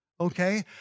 okay